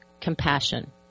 compassion